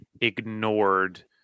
ignored